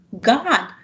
god